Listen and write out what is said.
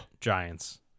giants